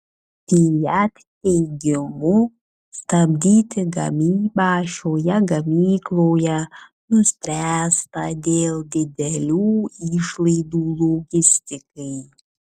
fiat teigimu stabdyti gamybą šioje gamykloje nuspręsta dėl didelių išlaidų logistikai